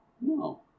No